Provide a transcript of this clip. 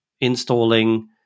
installing